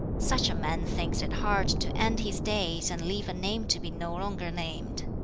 such a man thinks it hard to end his days and leave a name to be no longer named.